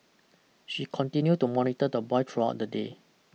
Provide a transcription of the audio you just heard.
she continue to monitor the boy throughout the day